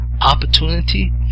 opportunity